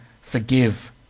forgive